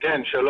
אני מבקשת לא